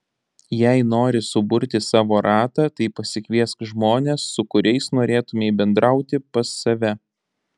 jei nori suburti savo ratą tai pasikviesk žmones su kuriais norėtumei bendrauti pas save